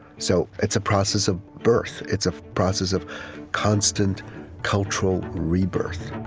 so it's a process of birth. it's a process of constant cultural rebirth